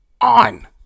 on